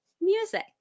music